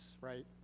right